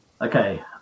okay